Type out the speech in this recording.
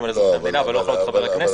על אזרחי המדינה ולא חלות על חברי הכנסת.